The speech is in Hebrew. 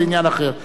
דרך אגב,